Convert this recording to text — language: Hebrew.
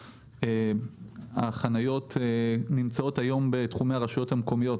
בנושא - החניות נמצאות היום בתחומי הרשויות המקומיות,